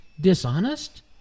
dishonest